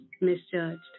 misjudged